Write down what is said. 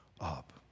up